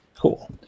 cool